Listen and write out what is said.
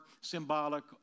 symbolic